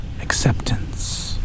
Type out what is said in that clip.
acceptance